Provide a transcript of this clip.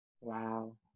Wow